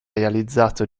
realizzato